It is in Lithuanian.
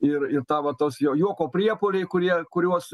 ir ir tą vat tos jo juoko priepuoliai kurie kuriuos